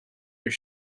your